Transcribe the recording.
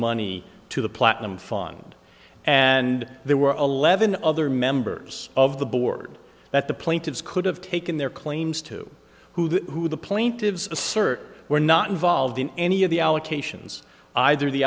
money to the platinum fund and there were eleven other members of the board that the plaintiffs could have taken their claims to who the who the plaintiffs assert were not involved in any of the allocations either the